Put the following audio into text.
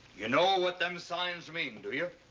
you know what them signs mean, do you?